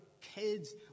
kids